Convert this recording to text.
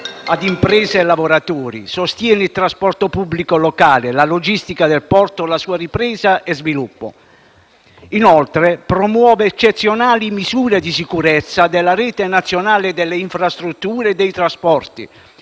a imprese e lavoratori; sostiene il trasporto pubblico locale, la logistica del porto, la sua ripresa e il suo sviluppo. Inoltre, promuove eccezionali misure di sicurezza della rete nazionale delle infrastrutture e dei trasporti,